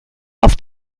auf